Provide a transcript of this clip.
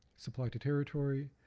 supply to territory,